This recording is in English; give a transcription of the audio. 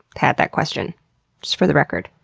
had that question, just for the record.